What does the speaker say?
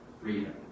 freedom